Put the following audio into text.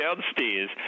downstairs